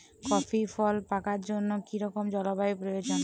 Coffee ফল পাকার জন্য কী রকম জলবায়ু প্রয়োজন?